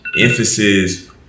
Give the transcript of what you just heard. emphasis